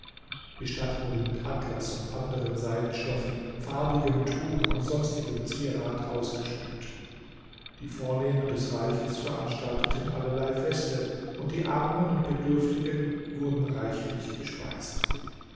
die stadt wurde mit atlas und anderen seidenstoffen farbigem tuch und sonstigem zierat ausgeschmückt die vornehmen des reiches veranstalteten allerlei feste und die armen und bedürftigen wurden reichlich gespeist